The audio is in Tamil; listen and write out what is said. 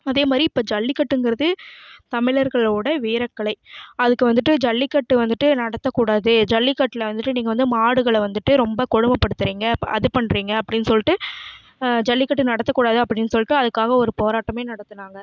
அதேமாதிரி இப்போ ஜல்லிக்கட்டுங்குறது தமிழர்களோட வீரக்கலை அதுக்கு வந்துவிட்டு ஜல்லிக்கட்டு வந்துவிட்டு நடத்தக்கூடாது ஜல்லிக்கட்டில் வந்துவிட்டு நீங்கள் வந்து மாடுகளை வந்துவிட்டு ரொம்ப கொடுமைப்படுத்துறீங்க அது பண்ணுறீங்க அப்படின்னு சொல்லிட்டு ஜல்லிக்கட்டு நடத்தக்கூடாது அப்படின்னு சொல்கு அதுக்காக ஒரு போராட்டமே நடத்துனாங்க